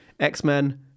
X-Men